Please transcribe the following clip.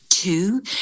Two